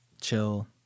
chill